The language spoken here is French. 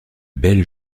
belles